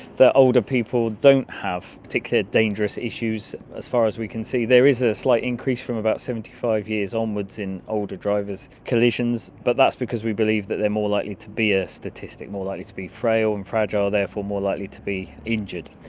that older people don't have particular danger issues as far as we can see. there is a slight increase from about seventy five years onwards in older drivers, collisions, but that's because we believe that they are more likely to be a statistic, more likely to be frail and fragile, therefore more likely to be injured.